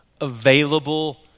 available